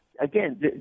again